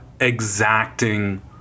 exacting